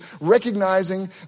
recognizing